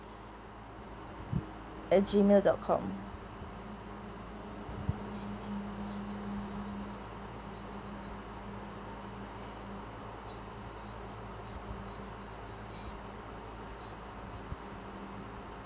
at gmail dot com